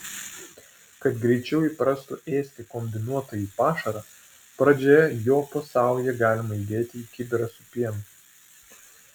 kad greičiau įprastų ėsti kombinuotąjį pašarą pradžioje jo po saują galima įdėti į kibirą su pienu